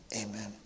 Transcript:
Amen